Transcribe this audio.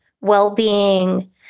well-being